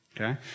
Okay